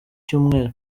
cyumweru